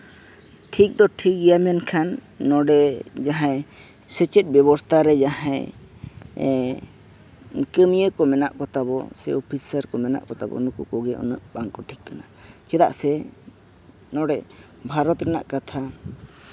ᱴᱷᱤᱠ ᱫᱚ ᱴᱷᱤᱠ ᱜᱮᱭᱟ ᱢᱮᱱᱠᱷᱟᱱ ᱱᱚᱰᱮ ᱡᱟᱦᱟᱸᱭ ᱥᱮᱪᱮᱫ ᱵᱮᱵᱚᱥᱛᱷᱟ ᱨᱮ ᱡᱟᱦᱟᱸᱭ ᱠᱟᱹᱢᱤᱭᱟᱹ ᱠᱚ ᱢᱮᱱᱟᱜ ᱠᱚᱛᱟᱵᱚᱱ ᱥᱮ ᱚᱯᱷᱤᱥᱟᱨ ᱠᱚ ᱢᱮᱱᱟᱜ ᱠᱚᱛᱟᱵᱚᱱ ᱱᱩᱠᱩ ᱠᱚᱜᱮ ᱩᱱᱟᱹᱜ ᱵᱟᱝᱠᱚ ᱴᱷᱤᱠᱟᱹᱱᱟ ᱪᱮᱫᱟᱜ ᱥᱮ ᱱᱚᱰᱮ ᱵᱷᱟᱨᱚᱛ ᱨᱮᱱᱟᱜ ᱠᱟᱛᱷᱟ